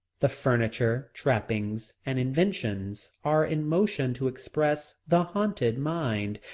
the furniture, trappings, and inventions are in motion to express the haunted mind,